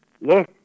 Yes